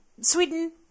Sweden